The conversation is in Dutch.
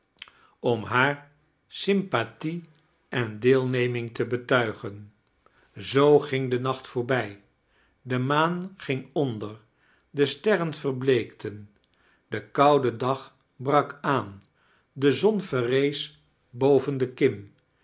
om haar sympathie en deelneming te betuigeo zoo ging de nacht voorbij de ittaan ging onder de sfterren verbleekten de koude dag brak aan de zon ven-ees boven de kimme